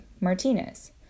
Martinez